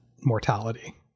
mortality